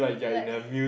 like